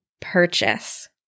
purchase